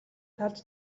талд